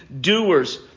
doers